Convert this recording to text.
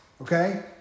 Okay